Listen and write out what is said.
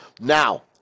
Now